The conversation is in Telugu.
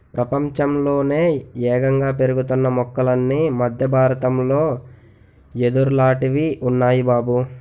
ప్రపంచంలోనే యేగంగా పెరుగుతున్న మొక్కలన్నీ మద్దె బారతంలో యెదుర్లాటివి ఉన్నాయ్ బాబూ